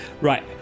right